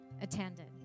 attended